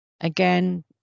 Again